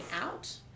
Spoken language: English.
out